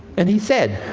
and he said,